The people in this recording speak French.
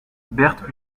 berthe